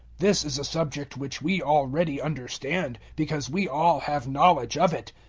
this is a subject which we already understand because we all have knowledge of it.